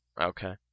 Okay